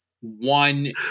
one